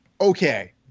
okay